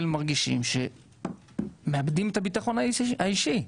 מרגישים שהם מאבדים את הביטחון האישי.